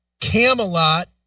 Camelot